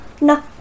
no